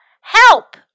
Help